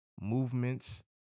movements